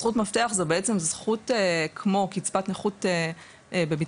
זכות מפתח בעצם היא זכות כמו קצבת נכות בביטוח